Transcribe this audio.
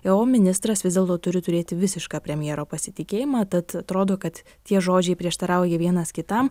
jau ministras vis dėlto turi turėti visišką premjero pasitikėjimą tad atrodo kad tie žodžiai prieštarauja vienas kitam